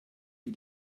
wie